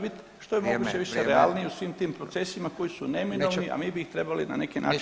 biti što je moguće više realniji u svim tim procesima koji su neminovni, a mi bi ih trebali [[Upadica: Mi, mi ćemo…]] na neki način